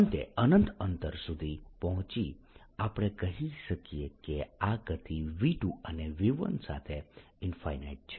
અંતે અનંત અંતર સુધી પહોંચીએ આપણે કહી શકીએ કે આ ગતિ v2 અને v1 સાથે છે